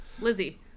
Lizzie